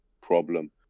problem